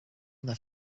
their